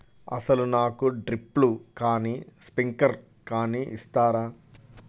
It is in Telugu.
అసలు నాకు డ్రిప్లు కానీ స్ప్రింక్లర్ కానీ ఇస్తారా?